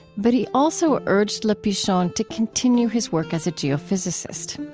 but he also urged le pichon to continue his work as a geophysicist.